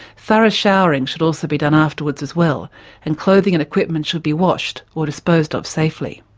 thorough showering should also be done afterwards as well and clothing and equipment should be washed, or disposed of safely.